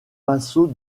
vassaux